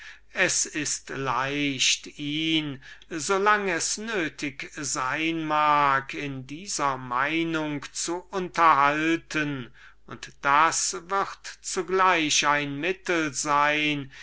es ist leicht ihn so lang es nötig sein mag in dieser meinung zu unterhalten und das wird zugleich ein mittel sein